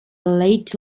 late